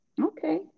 Okay